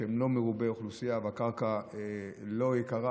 שהם לא מרובי האוכלוסייה והקרקע לא יקרה,